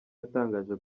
yatangaje